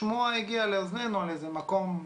שמועה הגיעה לאוזננו על איזה מקום,